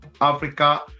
Africa